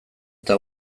eta